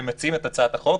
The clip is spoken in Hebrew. ומציעים את הצעת החוק,